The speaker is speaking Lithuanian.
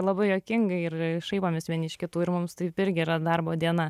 labai juokinga ir šaipomės vieni iš kitų ir mums taip irgi yra darbo diena